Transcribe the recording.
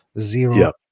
zero